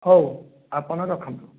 ହେଉ ଆପଣ ରଖନ୍ତୁ